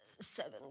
Seven